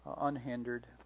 unhindered